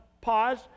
pause